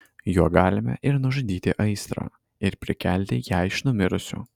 juo galime ir nužudyti aistrą ir prikelti ją iš numirusių